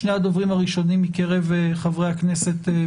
שני הדוברים הראשונים מקרב חברי הכנסת,